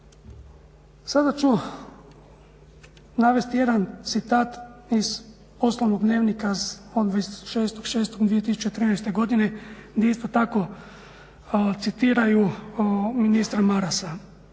Sada ću navesti jedan citat iz Poslovnog dnevnika od 26.6.2013. godine gdje isto tako citiraju ministra Marasa.